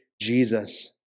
Jesus